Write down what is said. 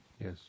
Yes